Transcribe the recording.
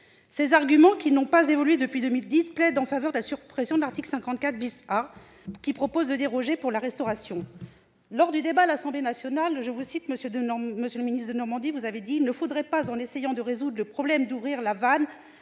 Ces arguments, qui n'ont pas évolué depuis 2010, plaident en faveur de la suppression de l'article 54 A, qui prévoit une dérogation pour la restauration. Lors du débat à l'Assemblée nationale, vous avez dit, monsieur Denormandie :« Il ne faudrait pas, en essayant de résoudre le problème, ouvrir la vanne